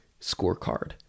scorecard